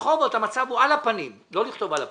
ברחובות המצב הוא על הפנים לא לכתוב על הפנים,